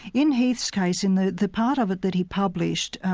in heath's case, in the the part of it that he published,